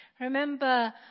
Remember